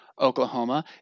Oklahoma